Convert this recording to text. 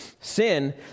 sin